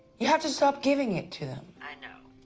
you have to stop giving it to them. i know.